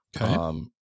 Okay